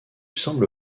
semble